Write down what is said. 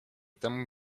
temu